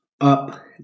Up